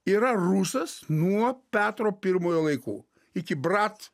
yra rusas nuo petro pirmojo laikų iki brat